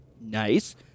Nice